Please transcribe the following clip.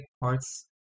parts